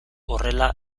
horrela